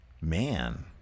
Man